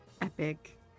epic